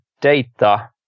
data